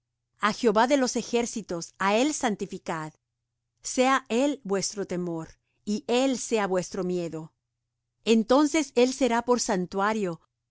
a jehová de los ejércitos á él santificad sea él vuestro temor y él sea vuestro miedo entonces él será por santuario